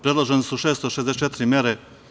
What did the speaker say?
Predložene su 664 mere.